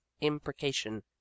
imprecation